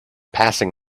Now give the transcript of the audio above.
passing